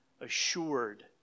assured